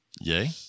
Yay